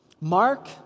Mark